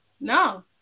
No